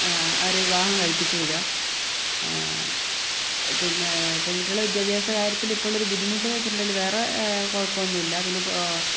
ആ അവരെ വിവാഹം കഴിപ്പിച്ച് വിടുക പിന്നെ പെൺകുട്ടികളുടെ വിദ്യാഭ്യാസ കാര്യത്തില് ഇപ്പോഴും ഉള്ളൊരു ബുദ്ധിമുട്ട് എന്താന്ന് വെച്ചിട്ടുണ്ടെങ്കില് കുഴപ്പമൊന്നുമില്ല പിന്നെ